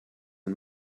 und